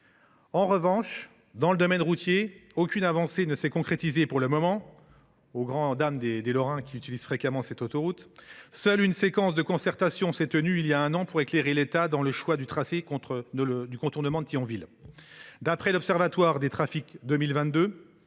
En revanche, dans le domaine routier, aucune avancée ne s’est concrétisée pour le moment, au grand dam des Lorrains qui utilisent fréquemment l’autoroute A31. Seule une séquence de concertation s’est tenue il y a un an pour éclairer l’État dans le choix du tracé du contournement de Thionville. D’après l’ de la direction